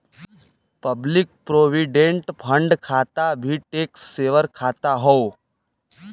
public provident fund खाता भी tax saver खाता हौ